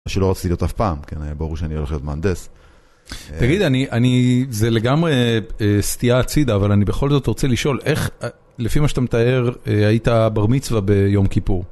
שלא רציתי להיות אף פעם, כן, ברור שאני הולך להיות מהנדס. תגיד, זה לגמרי סטייה הצידה, אבל אני בכל זאת רוצה לשאול, איך, לפי מה שאתה מתאר, היית בר מצווה ביום כיפור?